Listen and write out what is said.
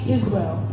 Israel